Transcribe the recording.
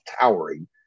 towering